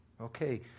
Okay